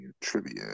trivia